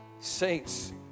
saints